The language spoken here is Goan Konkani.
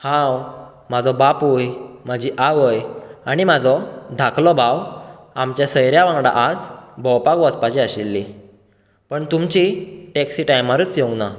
हांव म्हजो बापूय म्हजी आवय आनी म्हाजो धाकलो भाव आमच्या सयऱ्यां वांगडा आज भोंवपाक वसपाची आशिल्ली पूण तुमची टॅक्सी टायमारूच येवना